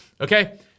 Okay